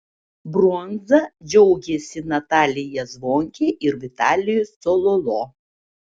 bronza džiaugėsi natalija zvonkė ir vitalijus cololo